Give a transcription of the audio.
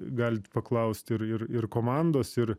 galit paklaust ir ir ir komandos ir